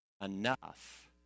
enough